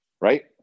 right